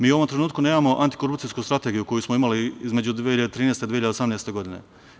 Mi u ovom trenutku nemamo antikorupcijsku strategiju koju smo imali između 2013. do 2018. godine.